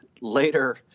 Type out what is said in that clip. later